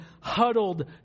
huddled